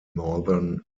northern